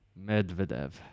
Medvedev